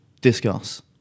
discuss